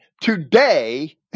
today